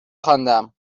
خواندم